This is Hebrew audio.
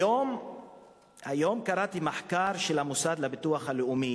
היום קראתי מחקר של המוסד לביטוח הלאומי